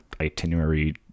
itinerary